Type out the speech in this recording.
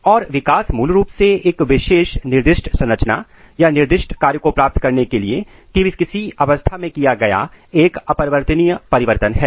और विकास मूल रूप से एक विशेष निर्दिष्ट संरचना या निर्दिष्ट कार्य को प्राप्त करने के लिए किसी अवस्था में किया गया एक अपरिवर्तनीय परिवर्तन है